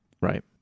Right